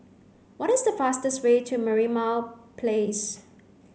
what is the fastest way to Merlimau Place